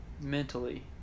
mentally